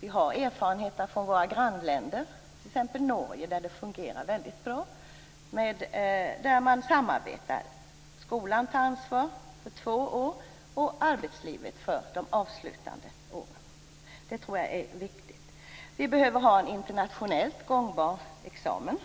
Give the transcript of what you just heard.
Vi har dock erfarenheter från grannländerna, t.ex. Norge, av att det kan fungera väldigt bra. Man har ett samarbete på skolans ansvar i två år och i arbetslivet de avslutande åren. Jag tror att detta är viktigt. Vi behöver självklart ha en internationellt gångbar examen.